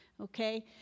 Okay